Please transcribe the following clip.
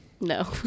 no